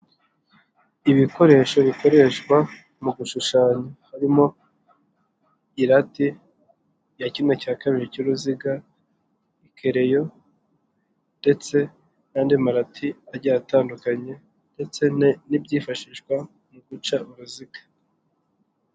Ibikoresho bikoreshwa mu gushushanya. Harimo irati, ya kimwe cya kabiri cy'uruziga, ikereyo, ndetse n'andi marati agiye atandukanye, ndetse n'ibyifashishwa mu guca uruziga.